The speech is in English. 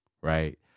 right